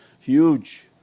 huge